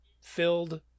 filled